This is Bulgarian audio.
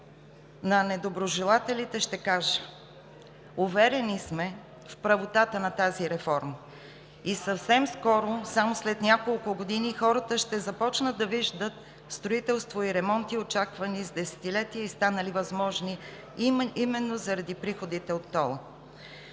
На недоброжелателите ще кажа: уверени сме в правотата на тази реформа и съвсем скоро – само след няколко години, хората ще започнат да виждат строителство и ремонти, очаквани с десетилетия и станали възможни именно заради приходите от тол-а.